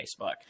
Facebook